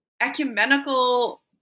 ecumenical